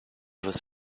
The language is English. was